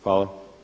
Hvala.